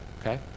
okay